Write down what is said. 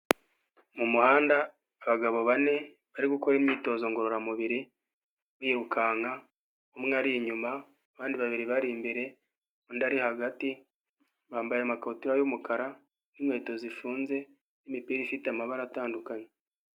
Mu muhanda, abagabo bane bari gukora imyitozo ngororamubiri, birukanka, umwe ari inyuma, abandi babiri bari imbere, undi ari hagati, bambaye amakabutura y'umukara, n'inkweto zifunze, n'imipira ifite amabara atandukanye.